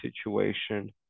situation